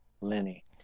Lenny